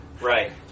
Right